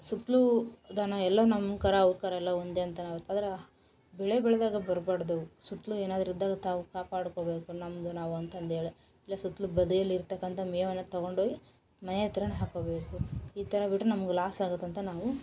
ಸುತ್ತಲೂ ದನ ಎಲ್ಲ ನಮ್ಮ ಕರಾವು ಅವ್ರಕರೆಲ್ಲ ಒಂದೇ ಅಂತ ನಾವು ಆದರೆ ಬೆಳೆ ಬೆಳೆದಾಗ ಬರಬಾರ್ದವು ಸುತ್ತಲೂ ಏನಾದ್ರು ಇದ್ದಾಗ ತಾವು ಕಾಪಾಡ್ಕೋಬೇಕು ನಮ್ಮದು ನಾವು ಅಂತಂಧೇಳಿ ಅಲ್ಲೆ ಸುತ್ತಲೂ ಬದೀಲಿ ಇರತಕ್ಕಂಥ ಮೇವನ್ನು ತೊಗೊಂಡೋಗಿ ಮನೆ ಹತ್ರವೇ ಹಾಕ್ಕೊಬೇಕು ಈ ಥರ ಬಿಟ್ರೆ ನಮ್ಗೆ ಲಾಸ್ ಆಗುತ್ತೆಂತ ನಾವು